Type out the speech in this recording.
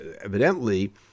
evidently